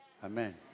Amen